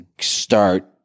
start